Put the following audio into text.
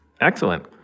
Excellent